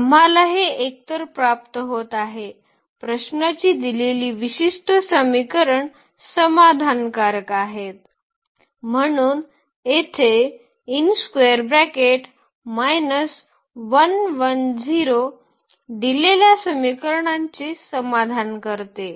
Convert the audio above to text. आम्हाला हे एकतर प्राप्त होत आहे प्रश्नाची दिलेली विशिष्ट समीकरण समाधानकारक आहे म्हणून येथे दिलेल्या समीकरणांचे समाधान करते